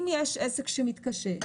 אם יש עסק שמתקשה,